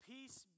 Peace